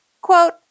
quote